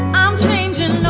i'm changing